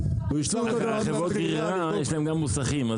לחברות הגרירה יש גם מוסכים.